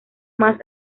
más